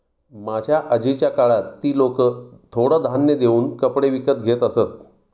माझ्या आजीच्या काळात ती लोकं थोडं धान्य देऊन कपडे विकत घेत असत